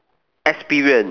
experience